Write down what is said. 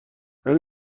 یعنی